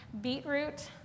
beetroot